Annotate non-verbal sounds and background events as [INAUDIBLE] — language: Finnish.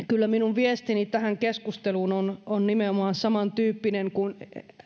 [UNINTELLIGIBLE] kyllä minun viestini tähän keskusteluun on on nimenomaan samantyyppinen kuin